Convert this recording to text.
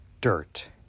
dirt